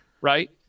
right